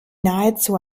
nahezu